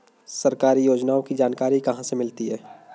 सरकारी योजनाओं की जानकारी कहाँ से मिलती है?